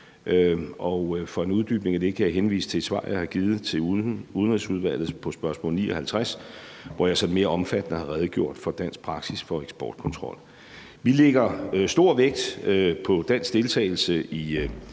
For en uddybning af det kan jeg henvise til et svar, jeg har givet til Udenrigsudvalget på spørgsmål 59, hvor jeg sådan mere omfattende har redegjort for dansk praksis for eksportkontrol. Vi lægger stor vægt på dansk deltagelse i